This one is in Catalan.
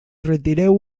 retireu